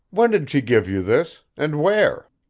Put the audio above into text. when did she give you this and where?